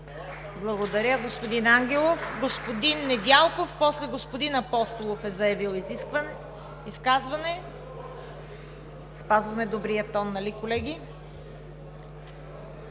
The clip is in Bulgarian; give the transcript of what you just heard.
Благодаря, господин Ангелов. Господни Недялков, после господин Апостолов е заявил изказване. (Шум и реплики.) Спазваме добрия тон, нали колеги?